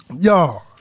y'all